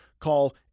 Call